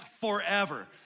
forever